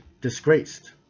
disgraced